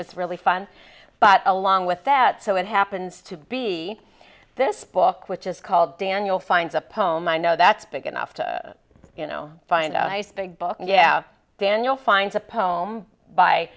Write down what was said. was really fun but along with that so it happens to be this book which is called daniel finds a poem i know that's big enough to you know find out ice big book yeah daniel finds a poem by